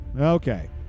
okay